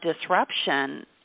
disruption